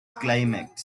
climax